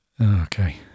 Okay